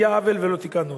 היה עוול ולא תיקנו אותו.